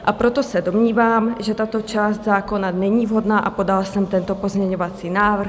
A proto se domnívám, že tato část zákona není vhodná, a podala jsem tento pozměňovací návrh.